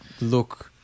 look